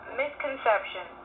misconception